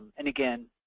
and, again,